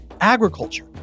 agriculture